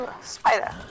spider